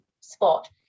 spot